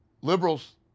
liberals